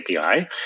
API